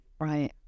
Right